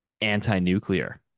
anti-nuclear